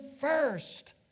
first